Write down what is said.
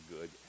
good